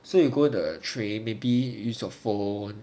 so you go the train maybe use your phone